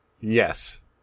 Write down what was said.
Yes